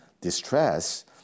distress